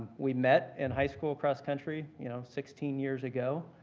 we met in high school cross country, you know, sixteen years ago.